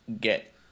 get